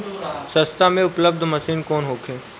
सस्ता में उपलब्ध मशीन कौन होखे?